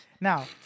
Now